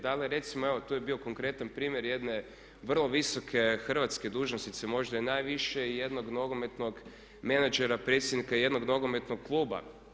Da li recimo, evo tu je bio konkretan primjer jedne vrlo visoke hrvatske dužnosnice možda i najviše i jednog nogometnog menadžera, predsjednika jednog nogometnog kluba.